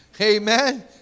Amen